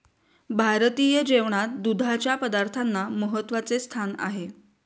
भारतीय जेवणात दुधाच्या पदार्थांना महत्त्वाचे स्थान आहे